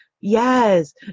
Yes